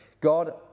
God